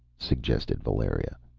suggested valeria,